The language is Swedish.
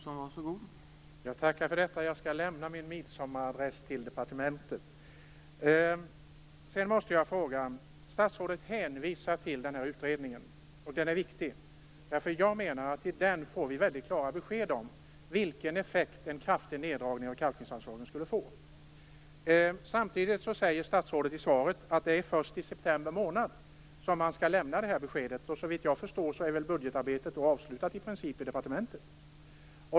Herr talman! Jag tackar för detta. Jag skall lämna min midsommaradress till departementet. Statsrådet hänvisar till utredningen, och den är viktig. Jag menar att vi i den får väldigt klara besked om vilken effekt en kraftig neddragning av kalkningsanslagen skulle få. Samtidigt säger statsrådet i svaret att det är först i september månad man skall lämna det här beskedet. Såvitt jag förstår är väl budgetarbetet vid den tidpunkten i princip avslutat i departementet.